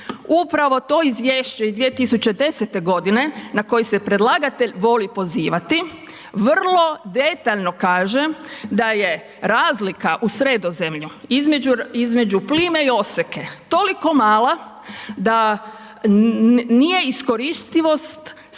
Upravo to izvješće iz 2010. godine na koji se predlagatelj voli pozivati vrlo detaljno kaže da je razlika u Sredozemlju između plime i oseke toliko mala da nije iskoristivost snage